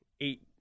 eight